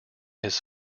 his